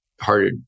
harder